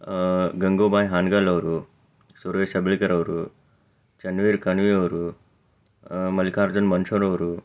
ಗಂಗೂಬಾಯಿ ಹಾನ್ಗಲ್ ಅವರು ಸುರೇಶ್ ಹೆಬ್ಳಿಕರ್ ಅವರು ಚನ್ನವೀರ ಕಣವಿ ಮಲ್ಲಿಕಾರ್ಜುನ್ ಮನ್ಸೂರ್ ಅವರು